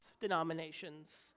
denominations